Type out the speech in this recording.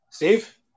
Steve